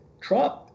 Trump